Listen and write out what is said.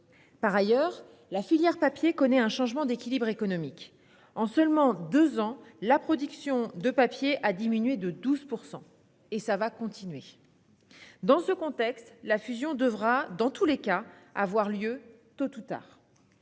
Par ailleurs, la filière papier connaît un changement d'équilibre économique. En seulement deux ans, l'activité de production de papier a diminué de 12 %, et cette trajectoire perdurera. Dans ce contexte, la fusion devra dans tous les cas avoir lieu tôt ou tard.